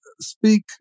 speak